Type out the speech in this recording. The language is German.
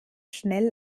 schnell